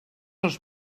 els